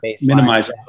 minimize